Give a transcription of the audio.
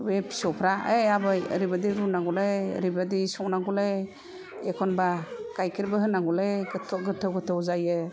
बे फिसौफ्रा यै आबै ओरैबादि रुनांगौलै ओरैबादि संनांगौलै एखनबा गाइखेरबो होनांगौलै खथ्थ' गोथाव गोथाव जायो